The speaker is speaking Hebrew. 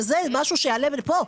שזה משהו שיעלה פה,